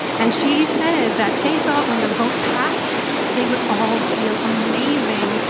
and she said that they thought when the vote passed they would all feel amazing,